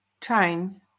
trying